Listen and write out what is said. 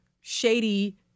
shady